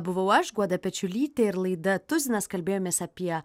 buvau aš guoda pečiulytė ir laida tuzinas kalbėjomės apie